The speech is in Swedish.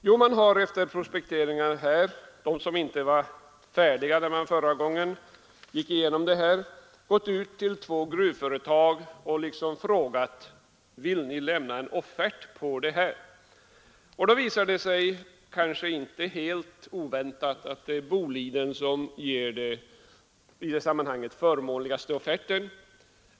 Jo, man har efter prospekteringar, vilka inte var färdiga förra gången då frågan var på tal, gått ut till två gruvföretag och frågat: Vill ni lämna en offert? Då visar det sig, kanske inte helt oväntat, att Boliden ger den förmånligaste offerten.